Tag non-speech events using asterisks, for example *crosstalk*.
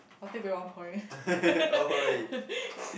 must take back one point *laughs*